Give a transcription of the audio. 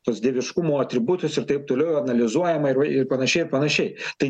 tuos dieviškumo atributus ir taip toliau analizuojama ir panašiai ir panašiai tai